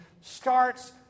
starts